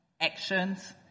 actions